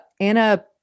Anna